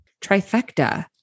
trifecta